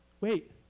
wait